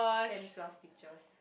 ten plus stitches